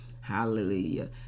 Hallelujah